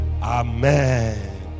Amen